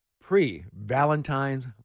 pre-Valentine's